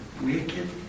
wicked